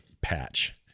patch